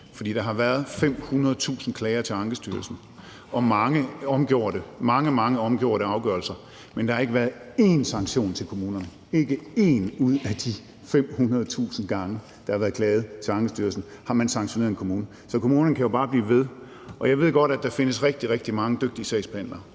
der har været 500.000 klager til Ankestyrelsen og mange, mange omgjorde afgørelser, men der har ikke været én sanktion til kommunerne. Ikke 1 ud af de 500.000 gange, der har været klaget til Ankestyrelsen, har man sanktioneret en kommune, så kommunerne kan jo bare blive ved. Jeg ved godt, at der findes rigtig, rigtig mange dygtige sagsbehandlere,